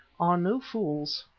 are no fools.